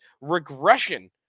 regression